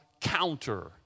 counter